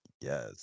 Yes